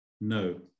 No